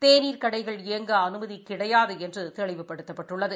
தேநீர் கடைகள் இயங்க அனுமதி கிடையாது என்று தெளிவுபடுத்தப்பட்டுள்ளது